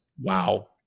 Wow